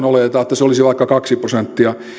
oletetaan että se olisi vaikka kaksi prosenttia